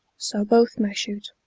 so both may shoot